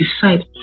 decide